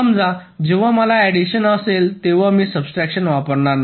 समजा जेव्हा मला ऍडिशन असेल तेव्हा मी सब्स्ट्रक्शन वापरणार नाही